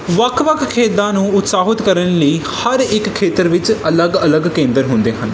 ਵੱਖ ਵੱਖ ਖੇਡਾਂ ਨੂੰ ਉਤਸ਼ਾਹਿਤ ਕਰਨ ਲਈ ਹਰ ਇੱਕ ਖੇਤਰ ਵਿੱਚ ਅਲੱਗ ਅਲੱਗ ਕੇਂਦਰ ਹੁੰਦੇ ਹਨ